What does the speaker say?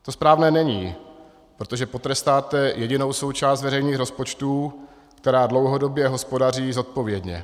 To správné není, protože potrestáte jedinou součást veřejných rozpočtů, která dlouhodobě hospodaří zodpovědně.